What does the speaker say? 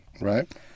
Right